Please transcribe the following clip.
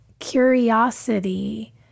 curiosity